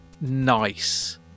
nice